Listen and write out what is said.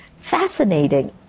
fascinating